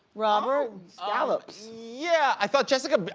robert. oh scallops. yeah, i thought jessica,